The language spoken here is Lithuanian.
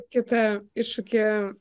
kitą iššūkį